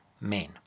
men